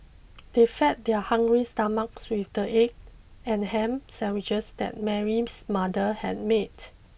they fed their hungry stomachs with the egg and ham sandwiches that Mary's mother had made